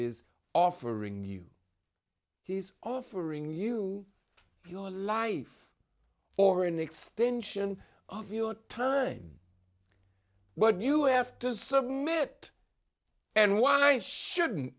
is offering you he's offering you your life for an extension of your time but you have to submit and why shouldn't